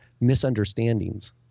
misunderstandings